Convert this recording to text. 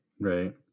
right